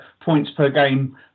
points-per-game